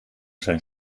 zijn